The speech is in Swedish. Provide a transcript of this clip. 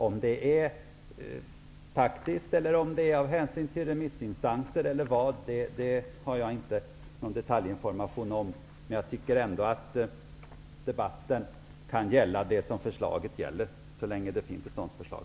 Om det är taktiskt, av hänsyn till remissinstanser eller av något annat skäl har jag inte någon detaljinformation om, men jag tycker ändå att debatten kan gälla det som förslaget gäller, så länge det finns ett sådant förslag.